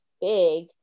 big